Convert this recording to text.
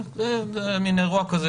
זה היה מין אירוע כזה